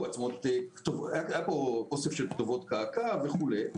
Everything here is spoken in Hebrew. היה פה אוסף של כתובות קרקע וכולי.